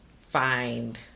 find